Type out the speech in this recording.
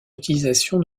utilisation